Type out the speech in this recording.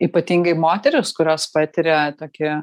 ypatingai moterys kurios patiria tokį